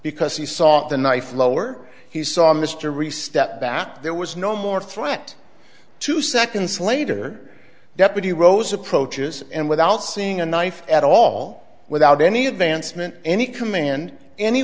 because he saw the knife lower he saw mr rhys stepped back there was no more threat two seconds later deputy rose approaches and without seeing a knife at all without any advancement any command any